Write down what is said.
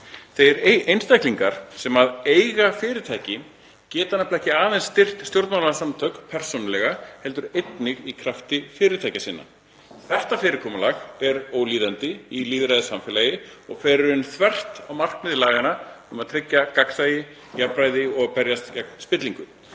Þeir einstaklingar sem eiga fyrirtæki geta ekki aðeins styrkt stjórnmálasamtök persónulega heldur einnig í krafti fyrirtækja sinna. Þetta fyrirkomulag er ólíðandi í lýðræðissamfélagi og fer í raun þvert á markmið laganna um að tryggja gagnsæi, jafnræði og að berjast gegn spillingu.